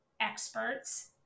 experts